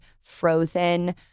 frozen